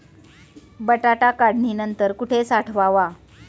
बटाटा काढणी नंतर कुठे साठवावा?